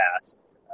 past